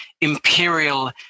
imperial